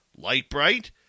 Lightbright